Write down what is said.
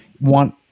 want